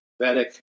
Vedic